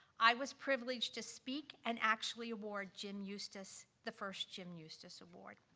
i was privileged to speak and actually award jim eustice the first jim eustice award,